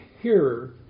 hearer